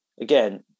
again